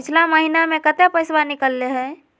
पिछला महिना मे कते पैसबा निकले हैं?